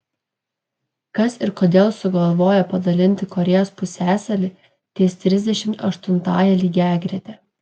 kas ir kodėl sugalvojo padalinti korėjos pusiasalį ties trisdešimt aštuntąja lygiagrete